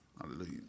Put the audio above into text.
Hallelujah